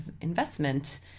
investment